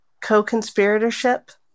co-conspiratorship